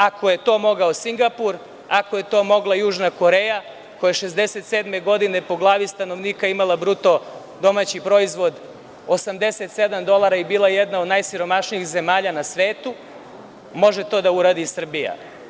Ako je to mogao Singapur, ako je to mogla Južna Koreja, koja je 1967. godine po glavi stanovnika imala BDP 87 dolara i bila jedna od najsiromašnijih zemalja na svetu, može to da uradi i Srbija.